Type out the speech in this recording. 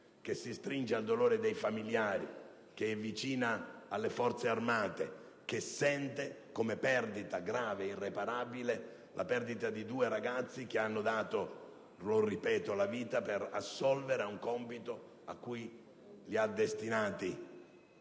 che si stringe attorno al dolore dei familiari, che è vicina alle Forze armate, che sente come perdita grave e irreparabile la perdita di due ragazzi che hanno dato - lo ripeto - la vita per assolvere a un compito a cui li ha destinati